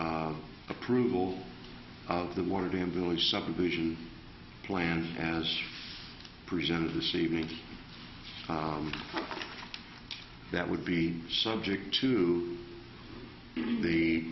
l approval of the water dam village subdivision plans as presented this evening that would be subject to the